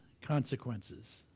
consequences